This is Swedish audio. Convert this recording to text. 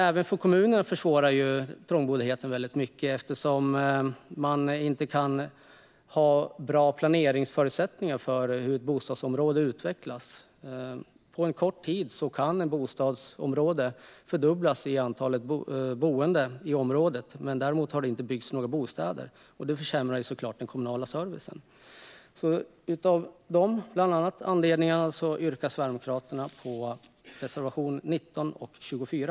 Även för kommunerna försvårar trångboddheten väldigt mycket, eftersom man inte kan ha bra planeringsförutsättningar för hur ett bostadsområde ska utvecklas. På kort tid kan antalet boende i ett bostadsområde fördubblas. Däremot har det inte byggts några bostäder. Det försämrar såklart den kommunala servicen. Bland annat av de anledningarna yrkar Sverigedemokraterna bifall till reservationerna 19 och 24.